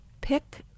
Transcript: pick